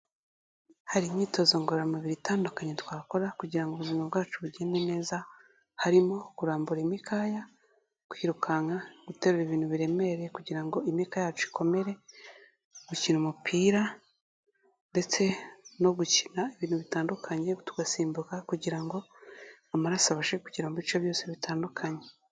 Hari imyitozo ngororamubiri itandukanye twakora kugira ngo ubuzima bwacu bugende neza, harimo kurambura imikaya, kwirukanka, guterura ibintu biremereye kugira ngo imikaya yacu ikomere, gukina umupira ndetse no gukina ibintu bitandukanye, tugasimbuka kugira ngo amaraso abashe kugera mu bice byose bitandukanye.